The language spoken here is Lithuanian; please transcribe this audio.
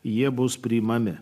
jie bus priimami